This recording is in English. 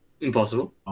Impossible